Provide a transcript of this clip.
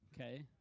okay